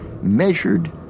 measured